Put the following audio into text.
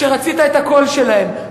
כשרצית את הקול שלהם,